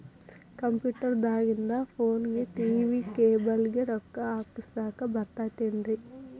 Computer ದಾಗಿಂದ್ ಫೋನ್ಗೆ, TV cable ಗೆ, ರೊಕ್ಕಾ ಹಾಕಸಾಕ್ ಬರತೈತೇನ್ರೇ?